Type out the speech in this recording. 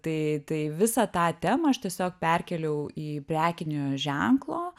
tai tai visą tą temą aš tiesiog perkėliau į prekinio ženklo